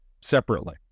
separately